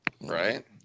Right